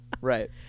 Right